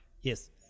Yes